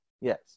Yes